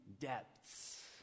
depths